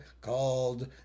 called